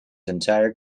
entire